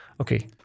okay